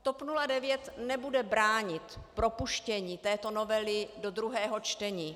TOP 09 nebude bránit propuštění této novely do druhého čtení.